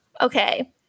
Okay